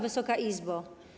Wysoka Izbo!